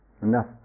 enough